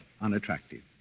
unattractive